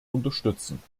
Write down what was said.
unterstützen